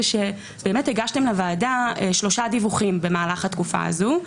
הגשתם לוועדה שלושה דיווחים במהלך התקופה הזאת,